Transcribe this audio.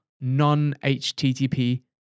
non-HTTP